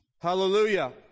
hallelujah